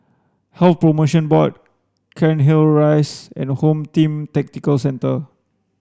Health Promotion Board Cairnhill Rise and Home Team Tactical Centre